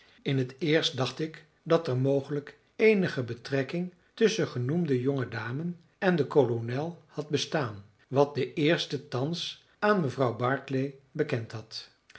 in t eerst dacht ik dat er mogelijk eenige betrekking tusschen genoemde jonge dame en den kolonel had bestaan wat de eerste thans aan mevrouw barclay bekend had